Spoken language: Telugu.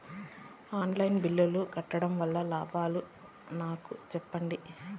ఆన్ లైను బిల్లుల ను కట్టడం వల్ల లాభాలు నాకు సెప్పండి?